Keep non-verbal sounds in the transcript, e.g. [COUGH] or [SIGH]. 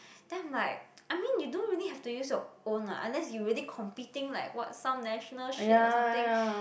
then I'm like [NOISE] I mean you don't really have to use your own [what] unless your really competing like what some national shit or something